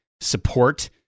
support